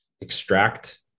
extract